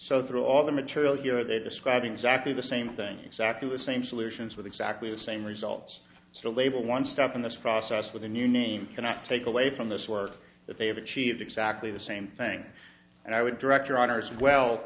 so through all the material you know they describe exactly the same thing exactly the same solutions with exactly the same results so label one step in this process with a new name cannot take away from this work that they have achieved exactly the same thing and i would direct your authors well